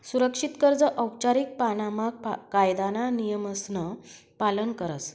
सुरक्षित कर्ज औपचारीक पाणामा कायदाना नियमसन पालन करस